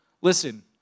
listen